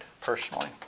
personally